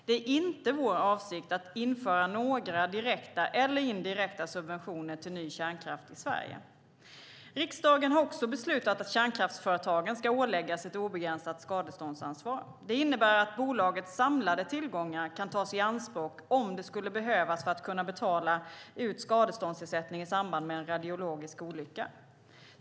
Det är inte vår avsikt att införa några direkta eller indirekta subventioner till ny kärnkraft i Sverige. Riksdagen har också beslutat att kärnkraftsföretagen ska åläggas ett obegränsat skadeståndsansvar. Det innebär att bolagets samlade tillgångar kan tas i anspråk om det skulle behövas för att kunna betala ut skadeståndsersättning i samband med en radiologisk olycka.